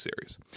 series